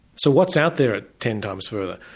so what's out there at ten times further?